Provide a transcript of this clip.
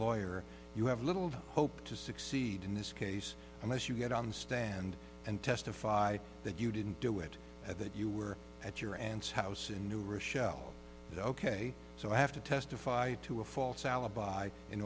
lawyer you have little hope to succeed in this case unless you get on the stand and testify that you didn't do it at that you were at your aunt's house in new rochelle ok so i have to testify to a false alibi in